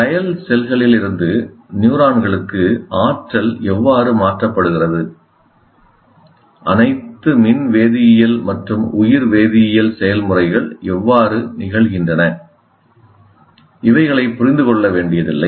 glial செல்களிலிருந்து நியூரான்களுக்கு ஆற்றல் எவ்வாறு மாற்றப்படுகிறது அனைத்து மின்வேதியியல் மற்றும் உயிர்வேதியியல் செயல்முறைகள் எவ்வாறு நிகழ்கின்றன இவைகளை புரிந்து கொள்ள வேண்டியதில்லை